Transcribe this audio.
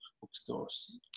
bookstores